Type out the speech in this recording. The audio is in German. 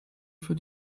für